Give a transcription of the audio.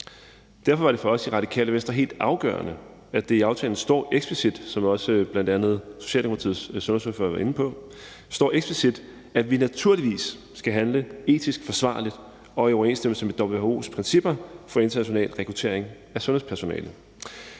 Derfor er det for os i Radikale Venstre helt afgørende, at der i aftalen eksplicit står, som også bl.a. Socialdemokratiets sundhedsordfører var inde på, at vi naturligvis skal handle etisk forsvarligt og i overensstemmelse med WHO's principper for international rekruttering af sundhedspersonale.